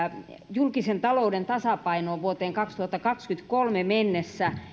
julkisen talouden tasapainoon vuoteen kaksituhattakaksikymmentäkolme mennessä